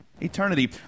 eternity